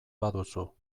baduzu